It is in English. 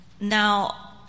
Now